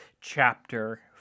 chapter